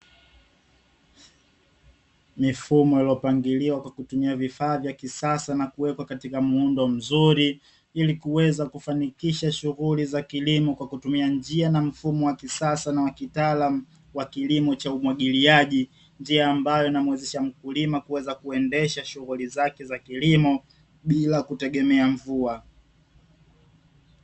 Mifumo iliyopangiliwa kutumia vifaa vya kisasa na kuwekwa katika muundo mzuri ili kuweza kufanikisha shughuli za kilimo kwa kutumia njia na mfumo wa kisasa na wakitaalamu wa kilimo cha umwagiliaji. Njia hii inamuwezesha mkulima kuendesha shughuli zake za kilimo bila kutumia mvua.